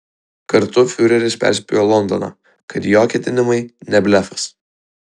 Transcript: kartu fiureris perspėjo londoną kad jo ketinimai ne blefas